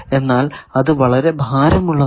എന്നാൽ അത് വളരെ ഭാരം ഉള്ളതാണ്